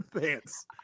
pants